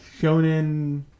shonen